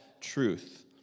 truth